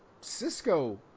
Cisco